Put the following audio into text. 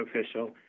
official